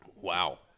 Wow